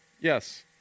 Yes